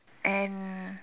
and